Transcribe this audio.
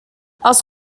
els